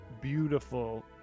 beautiful